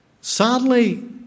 sadly